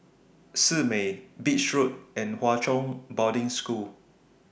Simei Beach Road and Hwa Chong Boarding School